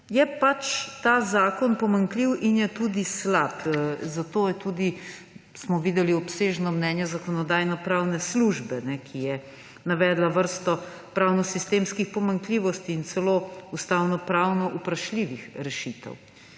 Ta zakon je pomanjkljiv in je tudi slab. Zato smo tudi videli obsežno mnenje Zakonodajno-pravne službe, ki je navedla vrsto pravnosistemskih pomanjkljivosti in celo ustavnopravnih vprašljivih rešitev.